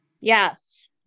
Yes